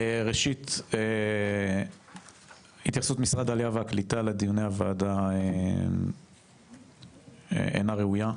ראשית התייחסות משרד העלייה והקליטה לדיוני הוועדה אינה ראויה,